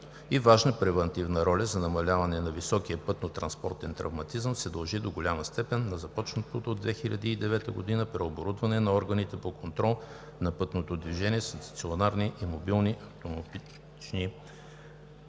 и важна превантивна роля за намаляване на високия пътнотранспортен травматизъм се дължи до голяма степен на започналото от 2009 г. преоборудване на органите по контрол на пътното движение със стационарни и мобилни автоматични камери.